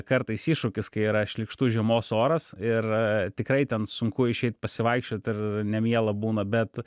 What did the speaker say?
kartais iššūkis kai yra šlykštu žiemos oras ir tikrai ten sunku išeit pasivaikščiot ir nemiela būna bet